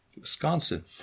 Wisconsin